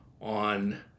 on